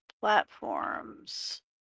platforms